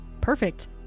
Perfect